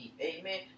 Amen